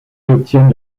obtiennent